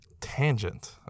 Tangent